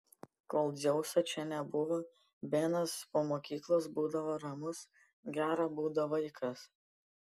kol dzeuso čia nebuvo benas po mokyklos būdavo ramus gero būdo vaikas